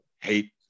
hate